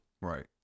Right